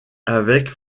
avec